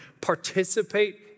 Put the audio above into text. Participate